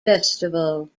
festival